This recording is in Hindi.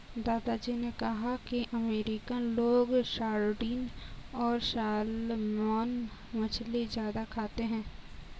दादा जी ने कहा कि अमेरिकन लोग सार्डिन और सालमन मछली ज्यादा खाते हैं